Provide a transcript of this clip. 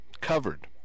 covered